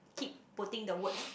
keep putting the words